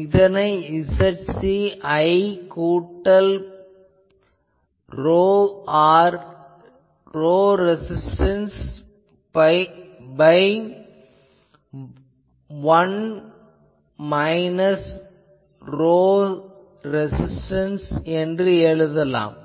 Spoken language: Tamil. இதனை Zc 1 கூட்டல் ρres வகுத்தல் 1 மைனஸ் ρres என எழுதலாம்